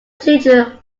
children